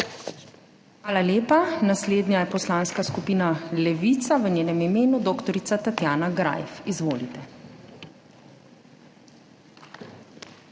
Hvala lepa. Naslednja je Poslanska skupina Levica, v njenem imenu kolega Miha Kordiš. Izvolite.